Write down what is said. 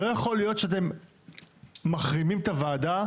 לא יכול להיות שאתם מחרימים את הוועדה,